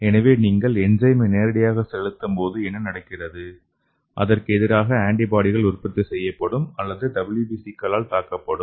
எனவே நீங்கள் என்சைமை நேரடியாக செலுத்தும்போது என்ன நடக்கிறது அதற்கு எதிராக ஆன்டிபாடிகள் உற்பத்தி செய்யப்படும் அல்லது அது WBC களால் தாக்கப்படும்